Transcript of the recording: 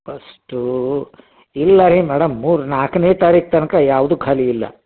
first ಇಲ್ಲ ರೀ madam ಮೂರು ನಾಲ್ಕನೇ ತಾರೀಕು ತನಕ ಯಾವುದು ಖಾಲಿ ಇಲ್ಲ